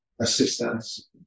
assistance